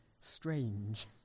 strange